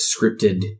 scripted